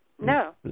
No